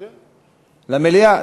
למליאה.